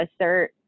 assert